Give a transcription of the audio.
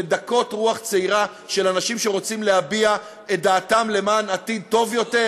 לדכא רוח צעירה של אנשים שרוצים להביע את דעתם למען עתיד טוב יותר,